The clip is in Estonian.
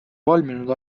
valminud